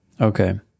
Okay